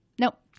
nope